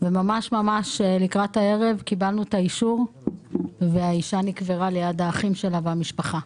וממש לקראת הערב קיבלנו אישור והאישה נקברה על יד האחים שלה והמשפחה.